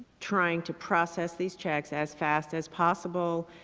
trying to process these checks, as fast as possible.